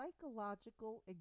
psychological